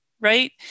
right